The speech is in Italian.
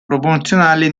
promozionale